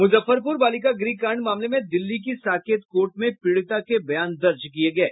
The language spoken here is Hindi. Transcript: मुजफ्फरपुर बालिका गृह कांड मामले में दिल्ली की साकेत कोर्ट में पीड़िता के बयान दर्ज किये गये